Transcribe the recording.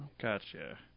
Gotcha